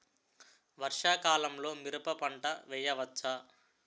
వర్షాకాలంలో మిరప పంట వేయవచ్చా?